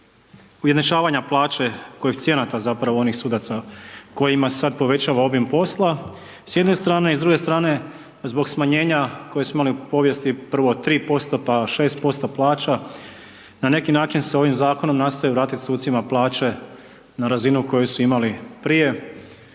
ujednačavanja plaće koeficijenata zapravo onih sudaca kojima se sad povećava obim posla, s jedne strane i s druge strane zbog smanjenja koje smo imali u povijesti prvo 3%, pa 6% plaća, na neki način se ovim zakonom nastoji vratiti sucima plaće na razinu koju su imali prije